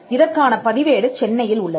இதற்கான பதிவேடு சென்னையில் உள்ளது